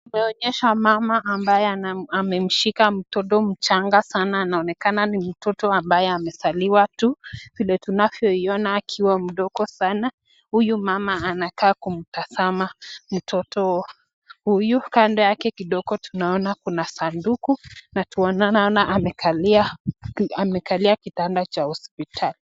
Inaonyesha mama ambaye amemshika mtoto mchanga sana. Anaonekana ni mtoto ambaye amezaliwa tu. Vile tunavyoiona akiwa mdogo sana. Huyu mama anakaa kumtazama mtoto huyu. Kando yake kidogo tunaona kuna sanduku na tunaona amekalia amekalia kitanda cha hospitali.